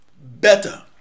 better